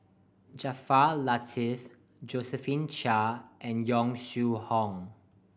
Jaafar Latiff Josephine Chia and Yong Shu Hoong